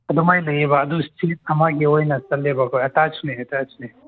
ꯑꯗꯨꯃꯥꯏꯅ ꯂꯩꯌꯦꯕ ꯑꯗꯨ ꯁꯤ ꯑꯃꯒꯤ ꯑꯣꯏꯅ ꯆꯠꯂꯕꯀꯣ ꯑꯦꯇꯦꯁꯅꯦ ꯑꯦꯇꯦꯁꯅꯦ